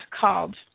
called